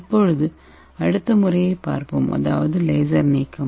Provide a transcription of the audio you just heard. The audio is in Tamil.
இப்போது அடுத்த முறையைப் பார்ப்போம் அதாவது லேசர் நீக்கம்